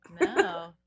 no